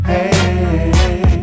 Hey